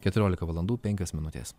keturiolika valandų penkios minutės